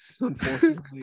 unfortunately